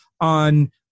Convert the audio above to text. on